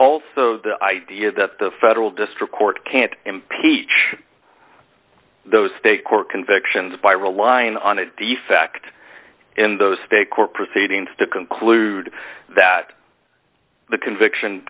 also the idea that the federal district court can't impeach those state court convictions by relying on a defect in those state court proceedings to conclude that the conviction